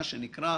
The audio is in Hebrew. מה שנקרא,